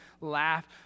laugh